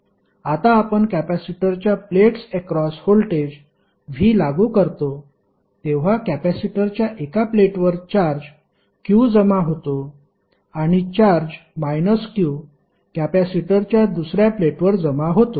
आता आपण कॅपेसिटरच्या प्लेट्स अक्रॉस व्होल्टेज V लागू करतो तेव्हा कॅपेसिटरच्या एका प्लेटवर चार्ज q जमा होतो आणि चार्ज q कॅपेसिटरच्या दुसऱ्या प्लेटवर जमा होतो